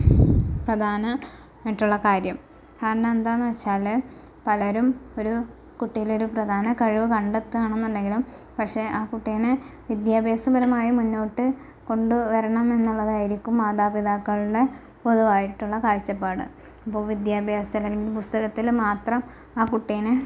പ്രധാനം ആയിട്ടുള്ള കാര്യം കാരണം എന്താന്ന് വെച്ചാല് പലരും ഒരു കുട്ടിയിലൊരു പ്രധാന കഴിവ് കണ്ടെത്തുകയാണ് എന്നുണ്ടെങ്കിലും പക്ഷേ ആ കുട്ടിനെ വിദ്യാഭ്യാസപരമായി മുന്നോട്ട് കൊണ്ടുവരണം എന്നുള്ളതായിരിക്കും മാതാപിതാക്കളുടെ പൊതുവായിട്ടുള്ള കാഴ്ച്ചപ്പാട് അപ്പോൾ വിദ്യാഭ്യാസ രംഗം പുസ്തകത്തിൽ മാത്രം ആ കുട്ടീനെ